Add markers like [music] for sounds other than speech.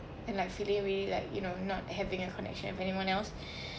and like feeling really like you know not having a connection with anyone else [breath]